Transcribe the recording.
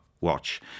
watch